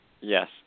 Yes